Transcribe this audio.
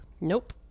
Nope